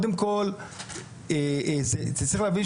אני מתפלאת